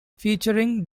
featuring